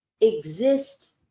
exists